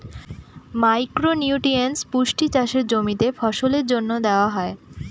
micro nutrients পুষ্টি চাষের জমিতে ফসলের জন্য দেওয়া হয়